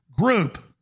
group